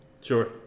Sure